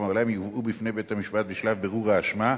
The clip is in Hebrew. ההולם יובאו בפני בית-המשפט בשלב בירור האשמה,